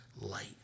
light